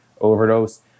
overdose